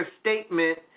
statement